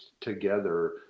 together